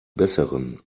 besseren